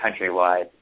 countrywide